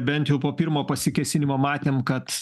bent jau po pirmo pasikėsinimo matėm kad